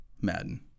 Madden